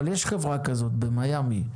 כבר יש חברה כזאת במיאמי,